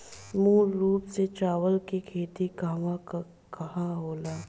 मूल रूप से चावल के खेती कहवा कहा होला?